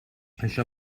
això